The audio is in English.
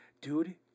Dude